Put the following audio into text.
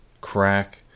crack